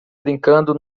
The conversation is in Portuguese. brincando